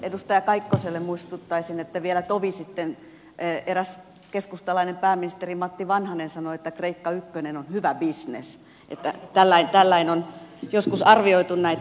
edustaja kaikkoselle muistuttaisin että vielä tovi sitten eräs keskustalainen pääministeri matti vanhanen sanoi että kreikka ykkönen on hyvä bisnes niin että tällä lailla on joskus arvioitu näitä